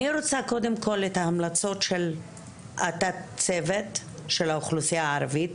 אני רוצה קודם כל את ההמלצות של התת-צוות של האוכלוסיה הערבית,